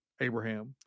Abraham